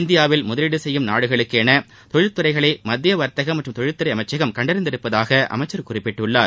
இந்தியாவில் முதலீடு செய்யும் நாடுகளுக்கான தொழில்துறைகளை மத்திய வர்த்தகம் மற்றும் தொழில்துறை அமைச்சகம் கண்டறிந்துள்ளதாக அவர் குறிப்பிட்டுள்ளார்